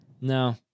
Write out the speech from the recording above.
No